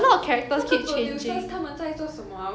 force 那个 actors 留下